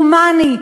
הומני,